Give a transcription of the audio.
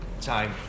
time